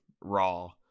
raw